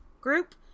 group